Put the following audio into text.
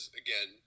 again